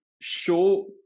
show